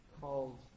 called